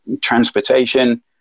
transportation